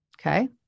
Okay